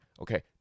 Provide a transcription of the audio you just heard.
okay